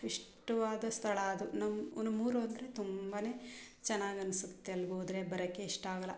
ಇಷ್ಟವಾದ ಸ್ಥಳ ಅದು ನಮ್ಮ ನಮ್ಮ ಊರು ಅಂದರೆ ತುಂಬಾ ಚೆನ್ನಾಗಿ ಅನಿಸುತ್ತೆ ಅಲ್ಗೋದರೆ ಬರೋಕ್ಕೆ ಇಷ್ಟ ಆಗೋಲ್ಲ